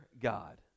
God